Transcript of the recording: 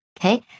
okay